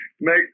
Make